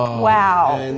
wow.